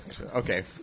okay